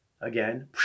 Again